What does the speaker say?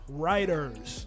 writers